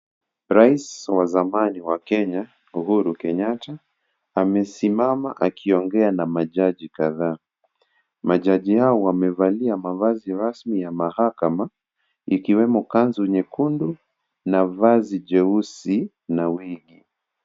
Rais wa zamani wa Kenya Uhuru Kenyatta amesimama akiongea na majaji kadhaa . Majaji hao wamevalia mavazi rasmi ya mahakama ikiwemo kanzu nyekundu na vazi jeusi na wigi.